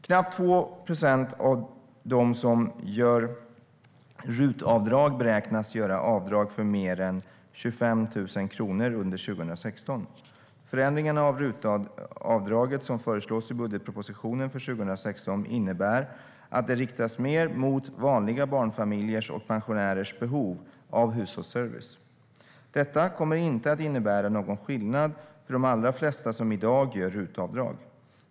Knappt 2 procent av de som gör RUT-avdrag beräknas göra avdrag för mer än 25 000 kronor under 2016. Förändringarna av RUT-avdraget som föreslås i budgetpropositionen för 2016 innebär att det riktas mer mot vanliga barnfamiljers och pensionärers behov av hushållsservice. Detta kommer inte att innebära någon skillnad för de allra flesta som i dag gör RUT-avdrag.